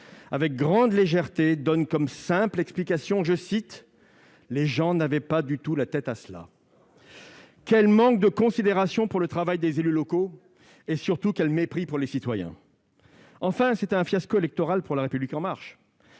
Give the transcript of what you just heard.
une grande légèreté, donne comme simple explication :« Les gens n'avaient pas du tout la tête à cela. » Quel manque de considération pour le travail des élus locaux et, surtout, quel mépris pour les citoyens ! Enfin, c'est un fiasco électoral pour La République En Marche,